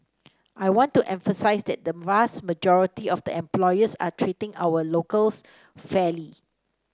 I want to emphasise that the vast majority of the employers are treating our locals fairly